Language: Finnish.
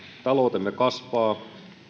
taloutemme kasvaa